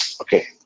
Okay